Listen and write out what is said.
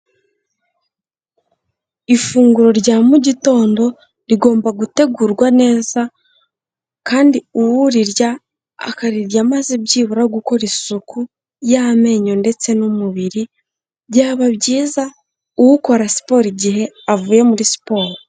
Ifunguro rya mu gitondo, rigomba gutegurwa neza, kandi urirya akarirya maze byibura gukora isuku y'amenyo ndetse n'umubiri, byaba byiza ukora siporo igihe avuye muri siporo.